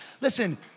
Listen